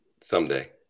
someday